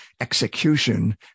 execution